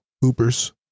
Hoopers